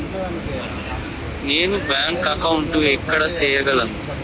నేను bank account ఎక్కడ సేయగలను